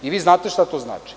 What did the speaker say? Vi znate šta to znači.